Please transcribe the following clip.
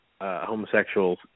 homosexuals